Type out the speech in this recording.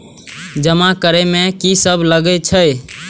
जमा करे में की सब लगे छै?